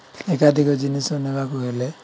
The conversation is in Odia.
ଏକାଧିକ ଜିନିଷ ନେବାକୁ ହେଲେ